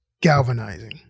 galvanizing